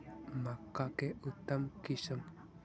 मक्का के उतम किस्म?